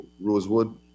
Rosewood